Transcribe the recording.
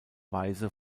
weise